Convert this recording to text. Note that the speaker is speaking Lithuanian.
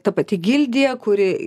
ta pati gildija kuri